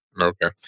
okay